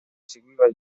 seguiva